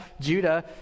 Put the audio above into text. Judah